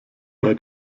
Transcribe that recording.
bei